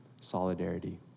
solidarity